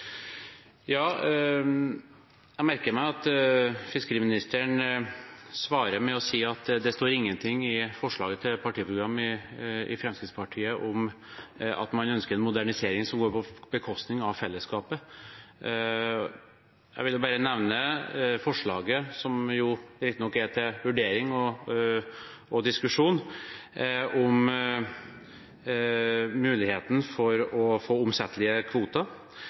Jeg merker meg at fiskeriministeren svarer med å si at det står ingenting i forslaget til Fremskrittspartiets partiprogram om at man ønsker en modernisering som går på bekostning av fellesskapet. Jeg ville bare nevne forslaget, som riktignok er til vurdering og diskusjon, om muligheten for å få omsettelige kvoter.